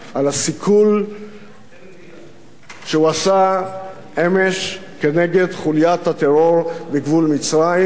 על הסיכול שהם עשו אמש כנגד חוליית הטרור בגבול מצרים,